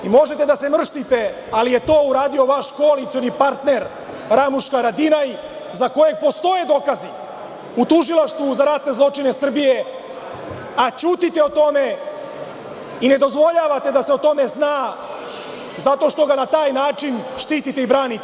Možete da se mrštite, ali, to je uradio vaš koalicioni partner Ramuš Haradinaj, za kojeg postoje dokazi u Tužilaštvu za ratne zločine Srbije, a ćutite o tome i ne dozvoljavate da se o tome zna, zato što ga na taj način štitite i branite.